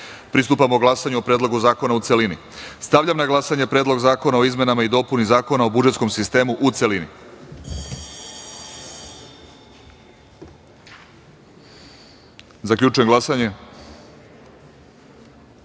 glasanju o Predlogu zakona u celini. Stavljam na glasanje Predlog zakona o izmenama i dopuni Zakona o budžetskom sistemu, u celini. Zaključujem glasanje: